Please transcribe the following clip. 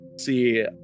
see